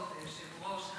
כבוד היושב-ראש,